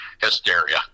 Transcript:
hysteria